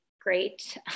great